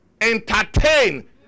entertain